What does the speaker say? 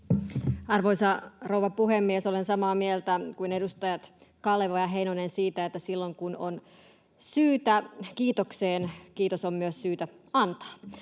Arvoisa rouva puhemies! Olen samaa mieltä kuin edustajat Kaleva ja Heinonen siitä, että silloin kun on syytä kiitokseen, kiitos on myös syytä antaa.